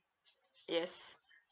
yes